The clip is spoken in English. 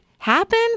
Happen